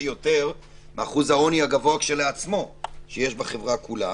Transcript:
יותר מאחוז העוני הגבוה כשלעצמו שיש בחברה כולה.